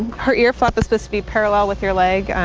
her ear flap is supposed to be parallel with your leg.